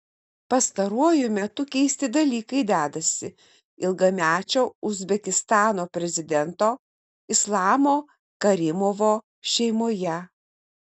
pastaruoju metu keisti dalykai dedasi ilgamečio uzbekistano prezidento islamo karimovo šeimoje